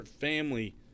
family